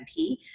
MP